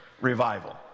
revival